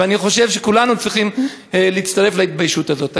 ואני חושב שכולנו צריכים להצטרף להתביישות הזאת.